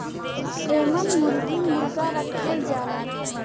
एमन मुरगी मुरगा रखल जाला